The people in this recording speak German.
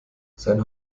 sein